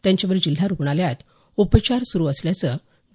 त्यांच्यावर जिल्हा रुग्यालयात उपचार सुरू असल्याचं डॉ